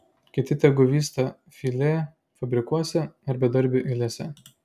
kiti tegu vysta filė fabrikuose ar bedarbių eilėse